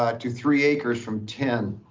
ah two, three acres from ten,